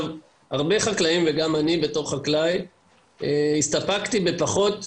הרבה חקלאים, וגם אני בתור חקלאי, הסתפקתי בפחות,